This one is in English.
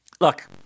Look